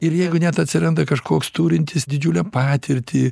ir jeigu net atsiranda kažkoks turintis didžiulę patirtį